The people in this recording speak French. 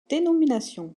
dénomination